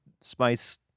spice